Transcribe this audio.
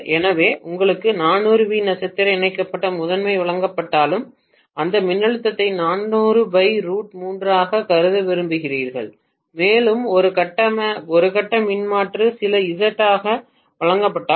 எனவே உங்களுக்கு 400 வி நட்சத்திர இணைக்கப்பட்ட முதன்மை வழங்கப்பட்டாலும் அந்த மின்னழுத்தத்தை ஆகக் கருத விரும்புகிறீர்கள் மேலும் ஒரு கட்ட மின்மறுப்பு சில Z ஆக வழங்கப்பட்டால்